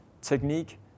technique